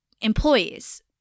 employees